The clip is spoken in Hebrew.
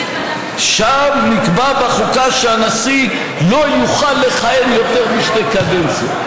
שם נקבע בחוקה שהנשיא לא יוכל לכהן יותר משתי קדנציות".